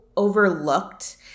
overlooked